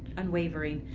unwavering.